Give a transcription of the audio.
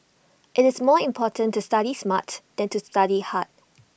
IT is more important to study smart than to study hard